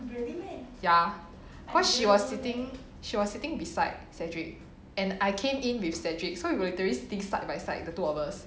ya cause she was sitting she was sitting beside cedric and I came in with cedric so we were litterally sitting side by side the two of us